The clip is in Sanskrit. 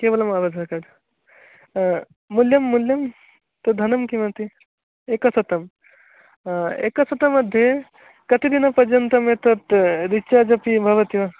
केवलम् आधार् कार्ड् मूल्यं मूल्यं तद् धनं किमस्ति एकशतं एकशतं मध्ये कतिदिनपर्यन्तम् एतत् रिचार्ज् अपि भवति वा